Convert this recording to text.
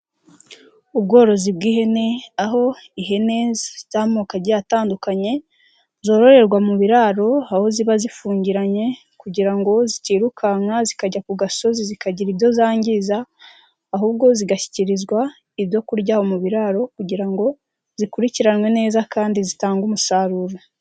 Ubworozi bw'ihene aho ihene z'amoko atandukanye, zororerwa mu biraro aho ziba zifungiranye kugira ngo zitirukanka zikajya ku gasozi zikagira ibyo zangiza, ahubwo zigashyikirizwa ibyo kurya aho mu biraro kugira ngo zikurikiranwe neza kandi zitange umusaruro.